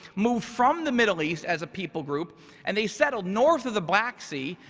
moved from the middle east as a people group and they settled north of the black sea,